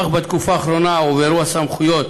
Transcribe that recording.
אך בתקופה האחרונה הועברו הסמכויות